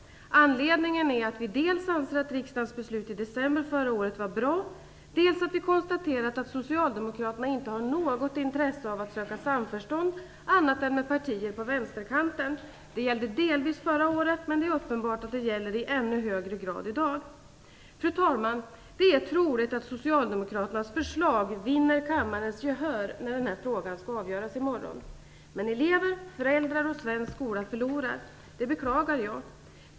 Anledningen är att vi dels anser att riksdagens beslut i december förra året var bra, dels konstaterat att Socialdemokraterna inte har något intresse av att söka samförstånd annat än med partier på vänsterkanten. Det gällde delvis förra året, men det är uppenbart att det gäller i ännu högre grad i dag. Fru talman! Det är troligt att Socialdemokraternas förslag vinner kammarens gehör när frågan avgörs i morgon. Men elever, föräldrar och svensk skola förlorar. Det beklagar jag.